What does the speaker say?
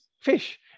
fish